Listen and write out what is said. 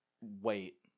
wait